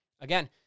again